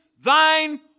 thine